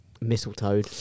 Mistletoe